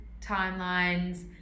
timelines